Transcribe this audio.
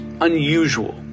unusual